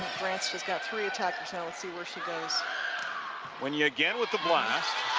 granstra has got three attackersnow let's see where she goes wynja again with the blast.